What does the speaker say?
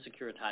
securitized